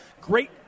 Great